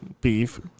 beef